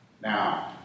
Now